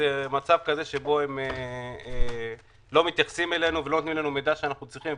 מצב כזה שבו הם לא מתייחסים אלינו ולא נותנים לנו מידע שאנחנו צריכים,